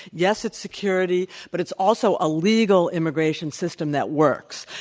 yes, it's security. but it's also a legal immigration system that works.